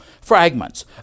fragments